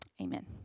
Amen